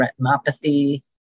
retinopathy